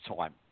time